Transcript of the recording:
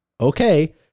okay